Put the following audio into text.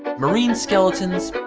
marine skeletons.